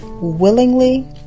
willingly